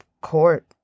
court